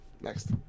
Next